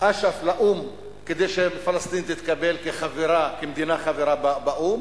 אש"ף לאו"ם כדי שפלסטין תתקבל כמדינה חברה באו"ם,